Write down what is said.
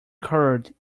curd